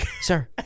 Sir